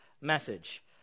message